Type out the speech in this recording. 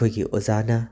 ꯑꯩꯈꯣꯏꯒꯤ ꯑꯣꯖꯥꯅ